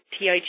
TIG